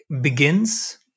begins